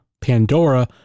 pandora